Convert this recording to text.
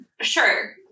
Sure